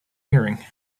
hearing